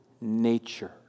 nature